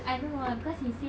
I don't know ah cause he say